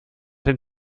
dem